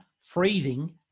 freezing